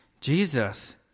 Jesus